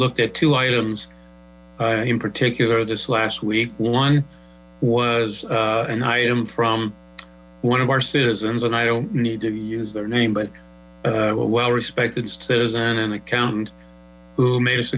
looked at two items in particular this last week one was an item from one of our citizens and i don't need to use their name but a well respected citizen an accountant who made